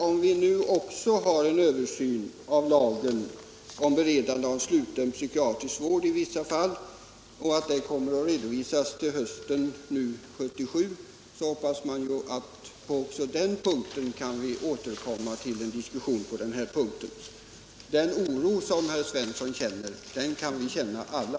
Om det nu pågår er översyn av lagen om beredande av sluten psykiatrisk vård i vissa fall som kommer att redovisas hösten 1977, hoppas man att vi också på den punkten kan återkomma till en diskussion. Den oro som herr Svensson känner kan vi alla känna.